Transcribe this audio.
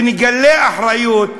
ונגלה אחריות.